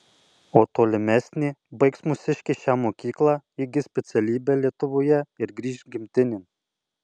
o tolimesnė baigs mūsiškiai šią mokyklą įgis specialybę lietuvoje ir grįš gimtinėn